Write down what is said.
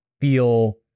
feel